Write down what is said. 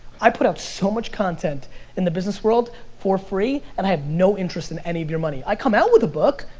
i put out so much content in the business world for free, and i have no interest in any of your money. i come out with a book,